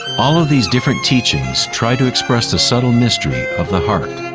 all of these different teachings try to express the subtle mystery of the heart.